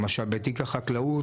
למשל בתיק החקלאות,